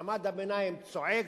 מעמד הביניים צועק,